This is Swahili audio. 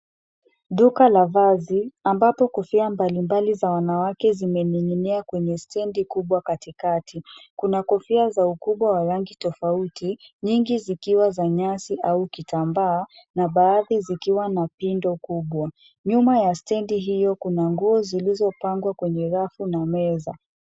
Duka la vazi , ambapo kofia mbalimbali za wanawake zimening'inia kwenye stendi kubwa katikati. Kuna kofia za ukubwa na rangi tofauti, nyingi zikiwa na nyasi au kitambaa, na baadhi zikiwa na pindo kubwa. Nyuma ya stendi hiyo kuna nguo zilizopangwa kwenye rafu na meza.